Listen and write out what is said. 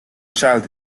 child